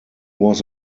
was